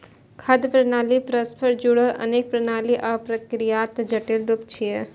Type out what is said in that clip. खाद्य प्रणाली परस्पर जुड़ल अनेक प्रणाली आ प्रक्रियाक जटिल रूप छियै